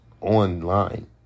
online